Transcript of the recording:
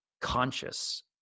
conscious